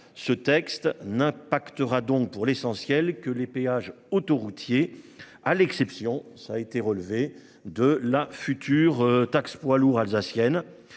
Ce texte n'impactera donc pour l'essentiel que les péages autoroutiers. À l'exception, ça a été relevé de la future taxe poids lourds alsacienne